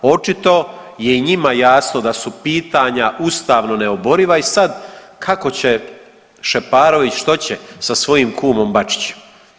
Očito je i njima jasno da su pitanja ustavno neoboriva i sad kako će Šeparović što će sa svojim kumom Bačićem.